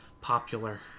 popular